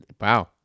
Wow